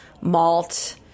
malt